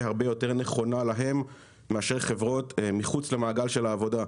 יותר נכונה להן מאשר חברות מחוץ למעגל של העבודה.